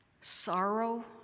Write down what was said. sorrow